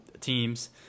teams